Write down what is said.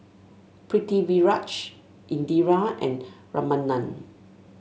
Pritiviraj Indira and Ramanand